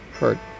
hurt